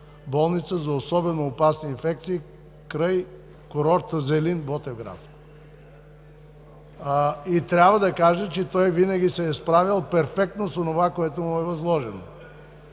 Болница за особено опасни инфекции край курорта Зелин, Ботевград. Трябва да кажа, че той винаги се е справял перфектно с онова, което му е възложено,